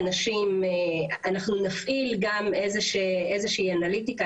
אנחנו נפעיל גם איזושהי אנליטיקה,